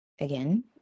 again